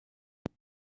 yes